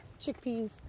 chickpeas